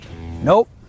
Nope